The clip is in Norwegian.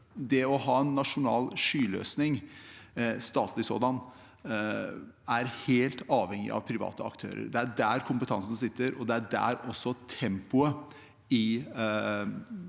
det å ha en nasjonal skyløsning, statlig sådan, er helt avhengig av private aktører. Det er der kompetansen sitter, og det er også der tempoet i